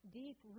deep